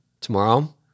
Tomorrow